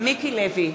מיקי לוי,